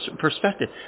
perspective